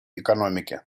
экономики